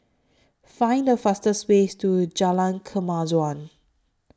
Find The fastest Way to Jalan Kemajuan